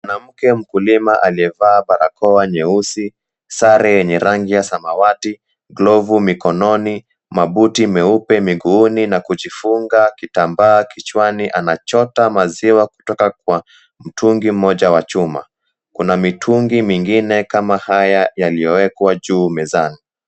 Mwanamke mkulima aliyevaa barakoa nyeusi, sare yenye rangi ya samawati, glovu mikononi, mabuti meupe miguuni na kujifunga kitambaa kichwani anachota maziwa kutoka kwa mtungi mmoja wa chuma. Kuna mitungi mingine kama haya yaliyowekwa juu mezani.